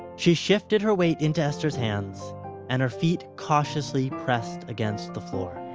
she shifted her weight into esther's hands and her feet cautiously pressed against the floor.